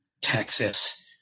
Texas